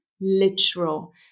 literal